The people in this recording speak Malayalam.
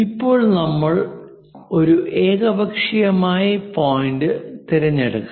ഇപ്പോൾ നമ്മൾ ഒരു ഏകപക്ഷീയമായ പോയിന്റ് തിരഞ്ഞെടുക്കാം